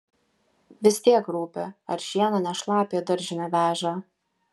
vis tiek rūpi ar šieną ne šlapią į daržinę veža